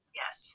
yes